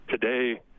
today